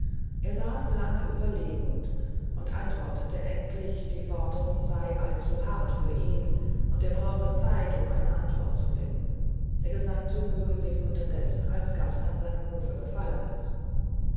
er saß lange überlegend und antwortete endlich die forderung sei allzu hart für ihn und er brauche zeit um eine antwort zu finden der gesandte möge sich's unterdes als gast an seinem hofe gefallen lassen